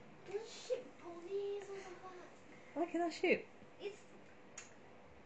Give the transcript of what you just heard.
why cannot ship